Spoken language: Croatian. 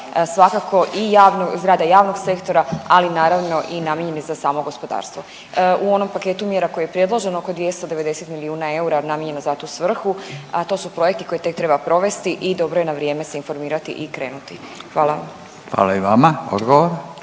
svakako i zgrada javnog sektora, ali naravno i namijenjeno za samo gospodarstvo. U onom paketu mjera koje je predloženo oko 290 milijuna eura namijenjeno za tu svrhu, to su projekti koje tek treba provesti i dobro je na vrijeme se informirati i krenuti. Hvala vam. **Radin, Furio